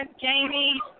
Jamie